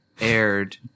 aired